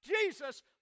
Jesus